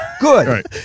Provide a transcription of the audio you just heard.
Good